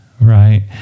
right